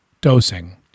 Dosing